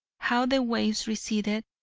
how the waves receded,